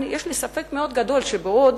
יש לי ספק מאוד גדול אם בעוד